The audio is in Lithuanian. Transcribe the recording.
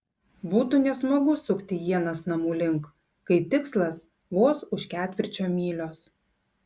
būtų nesmagu sukti ienas namų link kai tikslas vos už ketvirčio mylios